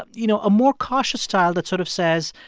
um you know, a more cautious style that sort of says,